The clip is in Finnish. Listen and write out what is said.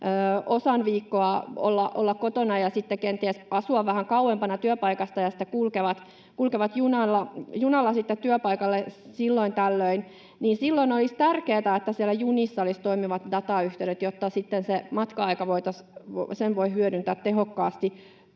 osan viikkoa olla kotona ja sitten kenties asua vähän kauempana työpaikasta ja kulkea junalla työpaikalle silloin tällöin — niin silloin olisi tärkeätä, että siellä junissa olisi toimivat datayhteydet, jotta sitten sen matka-ajan voi hyödyntää tehokkaasti